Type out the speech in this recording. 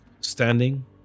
Standing